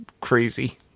crazy